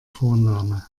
vorname